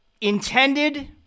intended